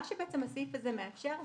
מה שבעצם הסעיף הזה מאפשר,